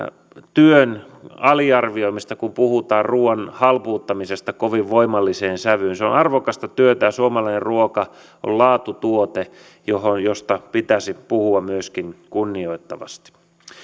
työn aliarvioimista kun puhutaan ruuan halpuuttamisesta kovin voimalliseen sävyyn se on arvokasta työtä ja suomalainen ruoka on laatutuote josta pitäisi myöskin puhua kunnioittavasti